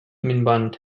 minvant